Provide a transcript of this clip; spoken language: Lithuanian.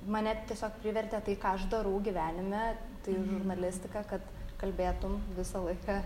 mane tiesiog privertė tai ką aš darau gyvenime tai žurnalistika kad kalbėtum visą laiką